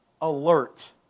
alert